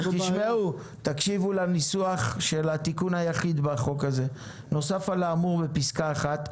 תקשיבו לניסוח של התיקון היחיד בחוק הזה: נוסף על האמור בפסקה (1),